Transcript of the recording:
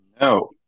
no